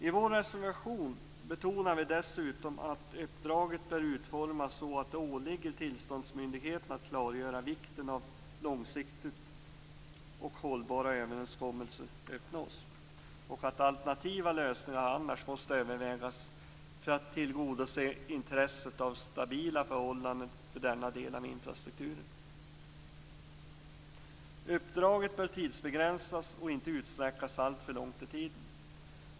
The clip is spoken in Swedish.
I vår reservation betonar vi dessutom att uppdraget bör utformas så att det åligger tillståndsmyndigheten att klargöra vikten av att långsiktiga och hållbara överenskommelser uppnås. Annars måste alternativa lösningar övervägas för att tillgodose intresset av stabila förhållanden för denna del av infrastrukturen. Uppdraget bör tidsbegränsas och inte utsträckas alltför långt i tiden.